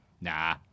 Nah